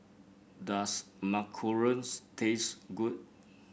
does macarons taste good